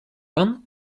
pan